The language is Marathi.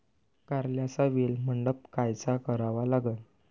कारल्याचा वेल मंडप कायचा करावा लागन?